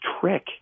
trick